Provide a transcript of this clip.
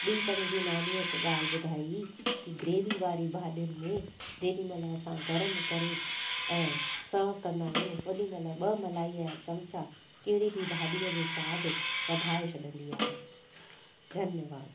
ॿी त मुंहिंजी नानीअ हिकु ॻाल्हि ॿुधाई हुई की ग्रेवी वारी भाॼियुनि में जेॾीमहिल असां गरम करे ऐं सर्व कंदा आहियूं होॾीमहिल ॿ मलाई या चमिचा कहिड़ी बि भाॼीअ जो सवादु वधाए छॾींदी आहे धन्यवाद